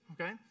okay